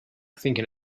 thinking